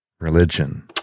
Religion